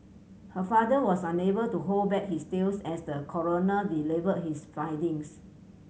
her father was unable to hold back his tears as the coroner delivered his findings